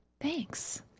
thanks